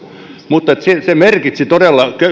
mutta se merkitsi todella